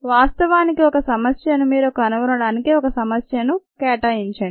వాస్తవానికి ఒక సమస్యను మీరు కనుగొనడానికి ఒక సమస్యను కేటాయించండి